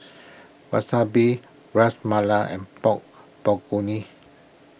Wasabi Ras Malai and Pork Bulgogi